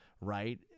right